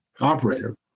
operator